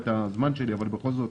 דיברנו על זה, נעשו מהלכים,